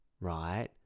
right